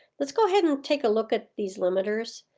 let's go ahead and take a look at these limiters.